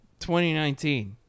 2019